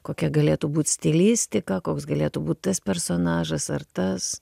kokia galėtų būt stilistika koks galėtų būt tas personažas ar tas